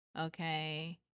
okay